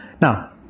now